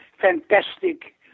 fantastic